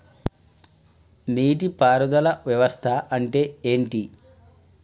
నీటి పారుదల వ్యవస్థ అంటే ఏంటి?